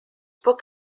book